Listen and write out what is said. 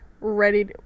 ready